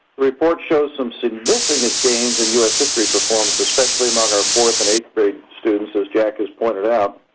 report shows some significant gains in u s. history performance, especially among our fourth and eighth grade students, as jack has pointed out.